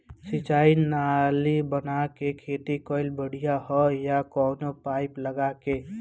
सिंचाई नाली बना के खेती कईल बढ़िया ह या कवनो पाइप लगा के?